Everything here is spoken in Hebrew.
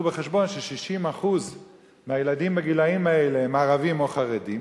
בחשבון ש-60% מהילדים בגילים האלה הם ערבים או חרדים?